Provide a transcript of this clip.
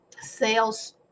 sales